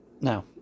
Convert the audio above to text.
Now